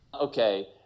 Okay